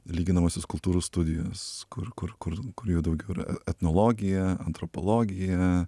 lyginamosios kultūrų studijos kur kur kur kur jau daugiau yra etnologija antropologija